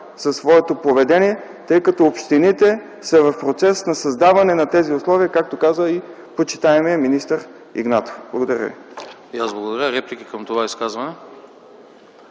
за своето поведение, тъй като общините са в процес на създаване на тези условия, както каза и почитаемият министър Игнатов. Благодаря ви.